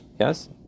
Yes